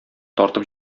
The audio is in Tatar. тартып